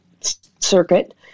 circuit